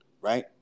right